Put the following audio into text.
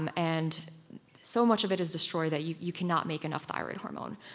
and and so much of it is destroyed that you you cannot make enough thyroid hormone.